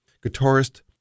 Guitarist